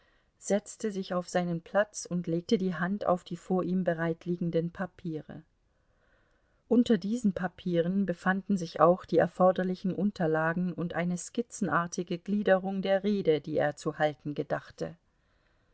setzte sich auf seinen platz und legte die hand auf die vor ihm bereitliegenden papiere unter diesen papieren befanden sich auch die erforderlichen unterlagen und eine skizzenartige gliederung der rede die er zu halten gedachte